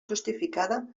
justificada